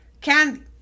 candy